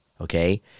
Okay